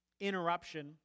interruption